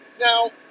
Now